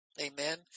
Amen